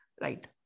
Right